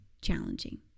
challenging